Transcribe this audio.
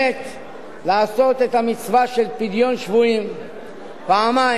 לעשות את המצווה של פדיון שבויים פעמיים,